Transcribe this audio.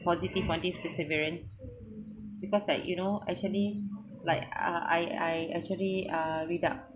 positive on this perseverance because like you know actually like uh I I actually uh read up